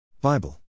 Bible